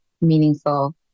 meaningful